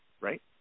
right